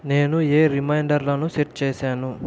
నేను ఏ రిమైండర్లను సెట్ చేసాను